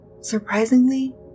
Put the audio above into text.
Surprisingly